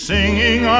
Singing